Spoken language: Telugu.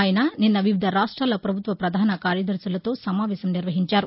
ఆయన నిన్న వివిధ రాష్ట్రాల ప్రభుత్వ ప్రధాన కార్యదర్శులతో సమావేశం నిర్వహించారు